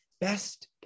best